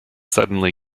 suddenly